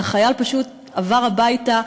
החייל פשוט עבר הביתה,